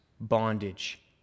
bondage